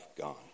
gone